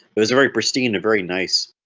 it was a very pristine a very nice,